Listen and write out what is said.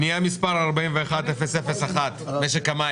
פנייה מספר 41-001, משק המים.